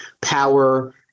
power